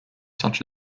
such